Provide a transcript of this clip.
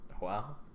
Wow